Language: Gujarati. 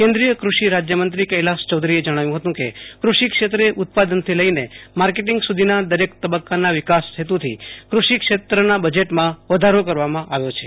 કેન્દ્રીય કૃષિ રાજ્યમંત્રી કેલાશ ચૌધરીએ જણાવ્યું હતું કે કૃષિ ક્ષેત્રે ઉત્પાદનથી લઈને માર્કેટીંગ સુધીના દરેક તબક્કાના વિકાસ હેતુથી કૃષિ ક્ષેત્રના બજેટમાં વધારો કરવામાં આવ્યો છે